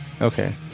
okay